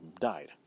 died